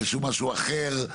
משהו אחר,